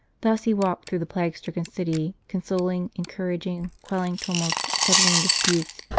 thus he walked through the plague-stricken city, consoling, encouraging, quell ing tumults, settling disputes,